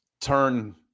turn